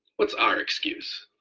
what's our excuse?